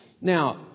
Now